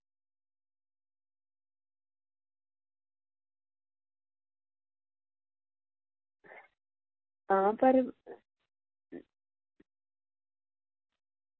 हां पर